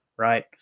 Right